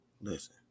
listen